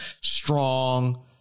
strong